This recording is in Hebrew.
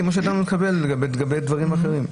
כמו שידענו לקבל לגבי דברים אחרים.